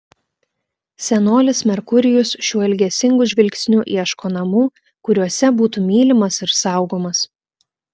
senolis merkurijus šiuo ilgesingu žvilgsniu ieško namų kuriuose būtų mylimas ir saugomas